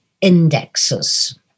Indexes